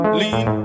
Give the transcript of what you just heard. lean